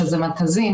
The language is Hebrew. שזה מרכזים,